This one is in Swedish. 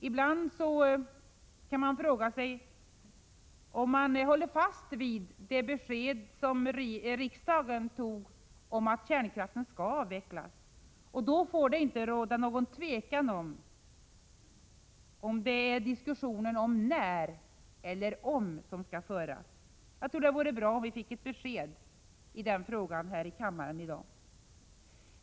Ibland kan man fråga sig om de håller fast vid det beslut som riksdagen fattade — att kärnkraften skall avvecklas. Om de gör det, får det inte råda någon tvekan huruvida det är diskussionen om när eller om som skall föras. Jag tror att det vore bra om vi fick ett besked i den frågan här i kammaren i dag.